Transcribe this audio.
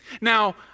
Now